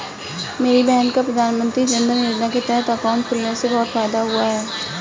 मेरी बहन का प्रधानमंत्री जनधन योजना के तहत अकाउंट खुलने से बहुत फायदा हुआ है